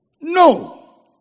No